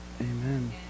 Amen